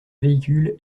véhicule